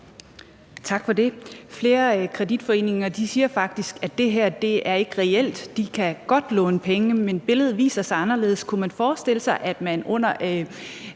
Tak for det. Flere kreditforeninger siger faktisk, at det her ikke er reelt, for man kan godt låne penge; men billedet viser sig at være anderledes. Kunne man forestille sig, at man under